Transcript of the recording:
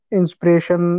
inspiration